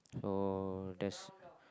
so there's